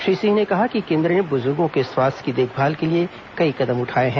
श्री सिंह ने कहा कि केन्द्र ने बुजुर्गों के स्वास्थ्य की देखभाल के लिए कई कदम उठाए हैं